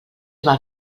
val